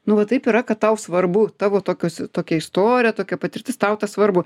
nu va taip yra kad tau svarbu tavo tokios tokia istorija tokia patirtis tau tas svarbu